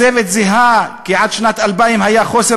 הצוות זיהה כי עד שנת 2000 היה חוסר